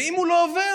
ואם הוא לא עובר,